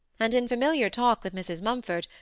and, in familiar talk with mrs. mumford,